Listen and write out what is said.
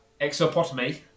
Exopotomy